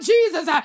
Jesus